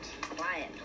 quiet